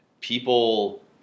people